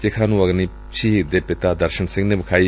ਚਿਖਾ ਨੂੰ ਅਗਨੀ ਸ਼ਹੀਦ ਦੇ ਪਿਤਾ ਦਰਸ਼ਨ ਸਿੰਘ ਨੇ ਵਿਖਾਈ